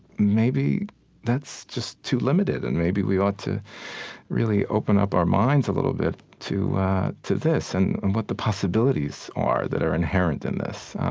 maybe that's just too limited. and maybe we ought to really open up our minds a little bit to this and and what the possibilities are that are inherent in this.